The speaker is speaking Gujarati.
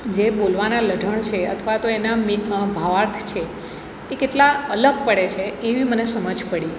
જે બોલવાના લઢણ છે અથવા તો એના મેં ભાવાર્થ છે એ કેટલા અલગ પડે છે એવી મને સમજ પડી